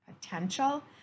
potential